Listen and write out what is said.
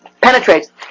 penetrates